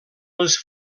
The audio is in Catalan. les